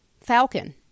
Falcon